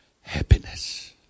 happiness